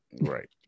Right